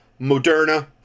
Moderna